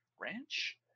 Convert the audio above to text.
ranch